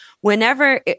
Whenever